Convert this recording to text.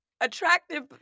attractive